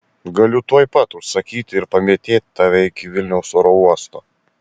galiu tuoj pat užsakyti ir pamėtėt tave iki vilniaus oro uosto